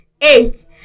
eight